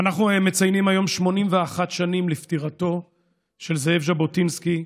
אנחנו מציינים היום 81 שנים לפטירתו של זאב ז'בוטינסקי,